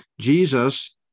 Jesus